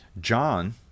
John